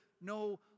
no